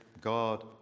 God